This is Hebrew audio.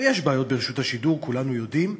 ויש בעיות ברשות השידור, כולנו יודעים,